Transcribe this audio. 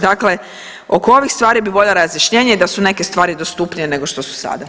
Dakle oko ovih stvari bih voljela razjašnjenje i da su neke stvari dostupnije nego što su sada.